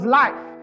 life